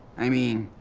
i mean,